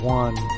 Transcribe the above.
one